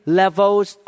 levels